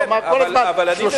הוא אמר כל הזמן 3%,